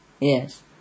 yes